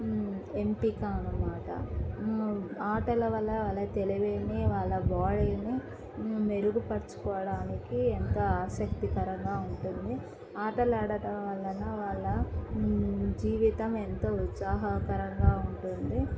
ఎంపిక అన్నమాట ఆటల వల్ల వాళ్ళ తెలివిని వాళ్ళ బాడీని మెరుగుపరుచుకోవడానికి ఎంతో ఆసక్తికరంగా ఉంటుంది ఆటలు ఆడటం వలన వాళ్ళ జీవితం ఎంతో ఉత్సాహకరంగా ఉంటుంది